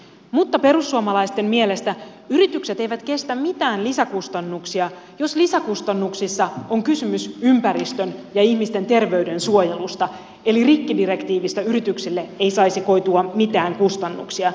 mutta perussuomalaisten mielestä yritykset eivät kestä mitään lisäkustannuksia jos lisäkustannuksissa on kysymys ympäristön ja ihmisten terveyden suojelusta eli rikkidirektiivistä yrityksille ei saisi koitua mitään kustannuksia